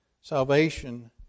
salvation